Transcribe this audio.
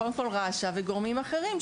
קודם כל רש"א וגורמים אחרים,